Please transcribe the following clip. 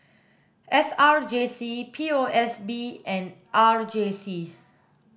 S R J C P O S B and R J C